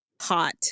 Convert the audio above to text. hot